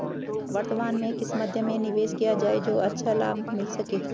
वर्तमान में किस मध्य में निवेश किया जाए जो अच्छा लाभ मिल सके?